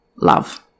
love